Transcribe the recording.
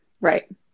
Right